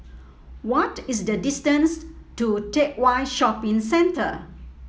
what is the distance to Teck Whye Shopping Centre